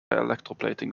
electroplating